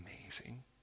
amazing